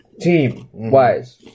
team-wise